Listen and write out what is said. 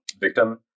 victim